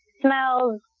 smells